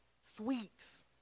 sweets